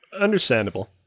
Understandable